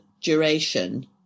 duration